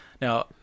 Now